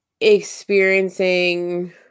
experiencing